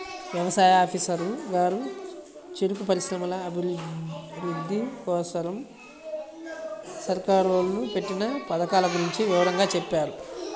యవసాయ ఆఫీసరు గారు చెరుకు పరిశ్రమల అభిరుద్ధి కోసరం సర్కారోళ్ళు పెట్టిన పథకాల గురించి వివరంగా చెప్పారు